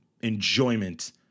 enjoyment